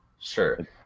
sure